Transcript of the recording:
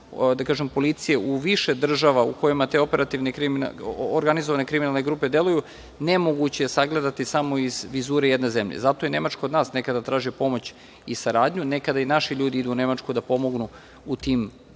da kažem, policije u više država u kojima te operativne i kriminalne, organizovane kriminalne grupe deluju, nemoguće je sagledati samo iz vizure jedne zemlje. Zato je Nemačka i od nas nekada tražila pomoć i saradnju, nekada i naši ljudi idu u Nemačku da pomognu u tim timovima.